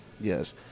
Yes